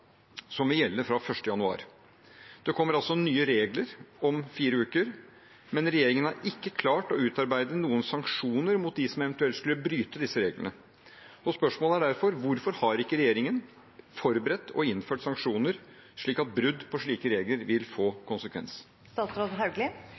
som vil gjelde fra 1. januar. Det kommer nye regler om fire uker, men regjeringen har ikke klart å utarbeide noen sanksjoner mot dem som eventuelt skulle bryte disse reglene. Spørsmålet er derfor: Hvorfor har ikke regjeringen forberedt og innført sanksjoner, slik at brudd på slike regler vil få